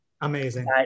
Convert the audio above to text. Amazing